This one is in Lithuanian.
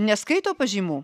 neskaito pažymų